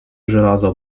żelazo